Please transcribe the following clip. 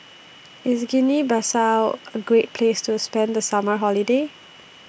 IS Guinea Bissau A Great Place to spend The Summer Holiday